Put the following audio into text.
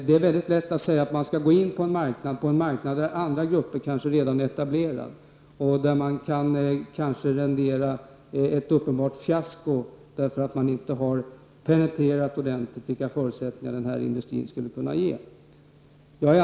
Det är mycket lätt att säga att man skall gå in på en marknad där andra grupper kanske redan är etablerade och man kan rendera ett uppenbart fiasko för att man inte ordentligt har penetrerat vilka förutsättningar den här industrin skulle kunna föra med sig.